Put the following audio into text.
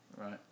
Right